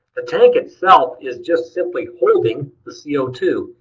the tank itself is just simply holding the c o two.